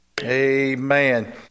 amen